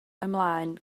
ymlaen